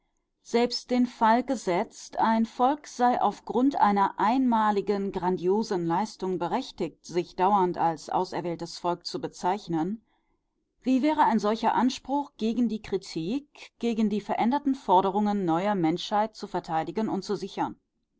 selbst den fall gesetzt ein volk sei auf grund einer einmaligen grandiosen leistung berechtigt sich dauernd als auserwähltes volk zu bezeichnen wie wäre ein solcher anspruch gegen die kritik gegen die veränderten forderungen neuer menschheit zu verteidigen und zu sichern